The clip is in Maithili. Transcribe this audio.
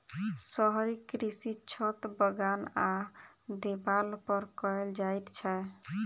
शहरी कृषि छत, बगान आ देबाल पर कयल जाइत छै